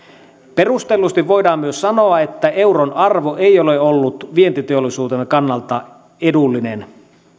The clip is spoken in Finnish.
perustellusti voidaan myös sanoa että euron arvo ei ole ollut vientiteollisuuden kannalta edullinen